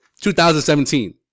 2017